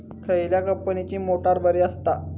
खयल्या कंपनीची मोटार बरी असता?